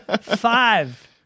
Five